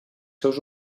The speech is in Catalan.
seus